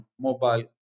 mobile